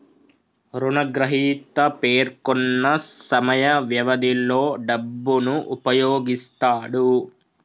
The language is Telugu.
రుణగ్రహీత పేర్కొన్న సమయ వ్యవధిలో డబ్బును ఉపయోగిస్తాడు